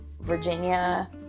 Virginia